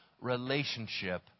relationship